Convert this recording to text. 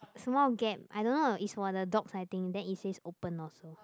small gap I don't know it's for the dogs I think then it says open or so